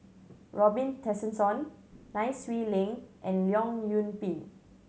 Robin Tessensohn Nai Swee Leng and Leong Yoon Pin